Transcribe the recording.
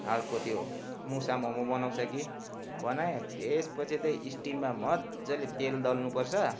अर्को त्यो मुसा मोमो बनाउँछ कि बनायो त्यसपछि चाहिँ स्टिममा मजाले तेल दल्नुपर्छ